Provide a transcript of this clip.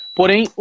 Porém